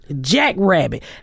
jackrabbit